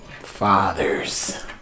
fathers